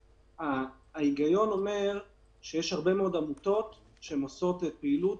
ההיגיון אומר שיש הרבה מאוד עמותות שעושות פעילות